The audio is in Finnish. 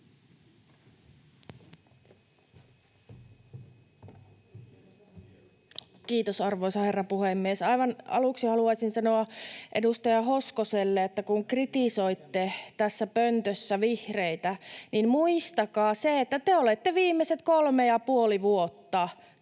Kiitos, arvoisa herra puhemies! Aivan aluksi haluaisin sanoa edustaja Hoskoselle, että kun kritisoitte tässä pöntössä vihreitä, niin muistakaa se, että te olette viimeiset kolme ja puoli vuotta taanneet